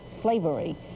slavery